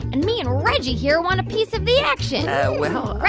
and me and reggie here want a piece of the action well.